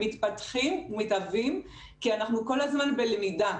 מתפתחים ומתהווים כי אנחנו כל הזמן בלמידה.